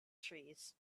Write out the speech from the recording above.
trees